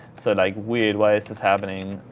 so like weird, why is this happening.